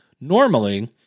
normally